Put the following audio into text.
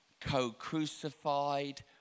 co-crucified